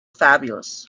fabulous